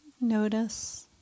Notice